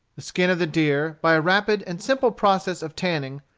the skin of the deer by a rapid and simple process of tanning,